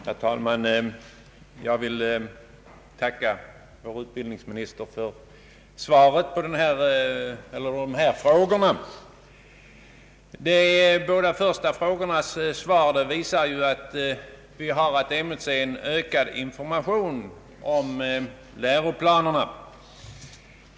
Herr talman! Jag tackar utbildningsministern för svaret på mina frågor. Beträffande de två första frågorna framgår av svaret att vi har att emotse ökad information om läroplanerna.